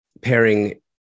pairing